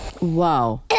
Wow